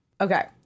Okay